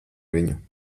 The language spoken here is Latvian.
viņu